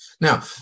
now